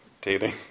dating